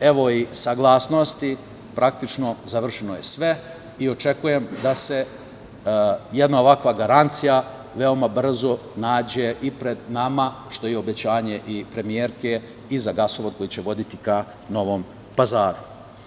evo, i saglasnosti, praktično završeno je sve i očekujem da se jedna ovakva garancija veoma brzo nađe i pred nama, što je i obećanje premijerke i za gasovod koji će voditi ka Novom Pazaru.